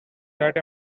that